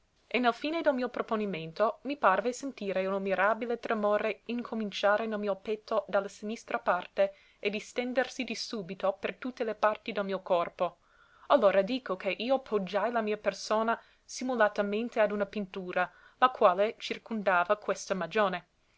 e nel fine del mio proponimento mi parve sentire uno mirabile tremore incominciare nel mio petto da la sinistra parte e distendersi di subito per tutte le parti del mio corpo allora dico che io poggiai la mia persona simulatamente ad una pintura la quale circundava questa magione